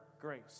grace